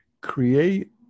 create